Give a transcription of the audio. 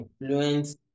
influence